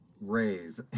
raise